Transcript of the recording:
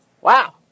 wow